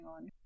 on